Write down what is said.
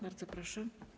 Bardzo proszę.